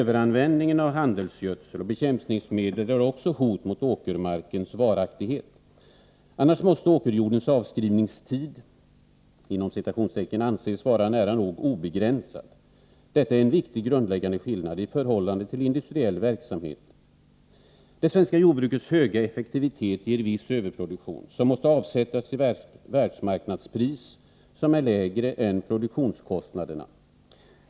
Överanvändningen av handelsgödsel och bekämpningsmedel är också hot mot åkermarkens varaktighet. Annars måste åkerjordens ”avskrivningstid” anses vara nära nog obegränsad. Detta är en viktig grundläggande skillnad i förhållande till industriell verksamhet. Det svenska jordbrukets höga effektivitet ger viss överproduktion, som måste avsättas till världsmarknadspris, vilket är lägre än produktionskostnaderna.